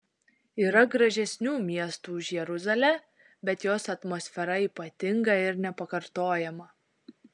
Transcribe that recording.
yra gražesnių miestų už jeruzalę bet jos atmosfera ypatinga ir nepakartojama